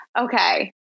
okay